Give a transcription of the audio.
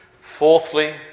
Fourthly